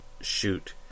shoot